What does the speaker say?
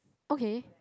okay